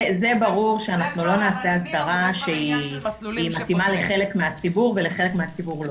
זה ברור שלא נעשה הסדרה שמתאימה לחלק מהציבור ולחלק לא.